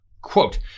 quote